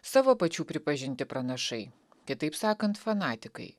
savo pačių pripažinti pranašai kitaip sakant fanatikai